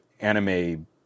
anime